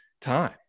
time